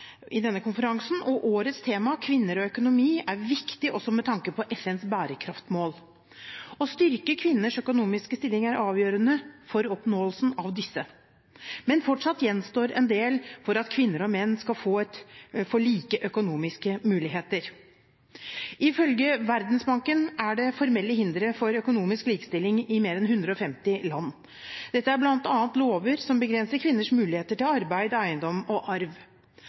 denne konferansen, og årets tema, kvinner og økonomi, er viktig også med tanke på FNs bærekraftsmål. Å styrke kvinners økonomiske stilling er avgjørende for oppnåelsen av disse, men fortsatt gjenstår en del for at kvinner og menn skal få like økonomiske muligheter. Ifølge Verdensbanken er det formelle hindre for økonomisk likestilling i mer enn 150 land. Dette er bl.a. lover som begrenser kvinners muligheter til arbeid, eiendom og arv.